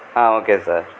ah okay sir